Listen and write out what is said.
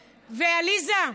עליזה,